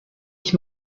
ich